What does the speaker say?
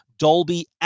Dolby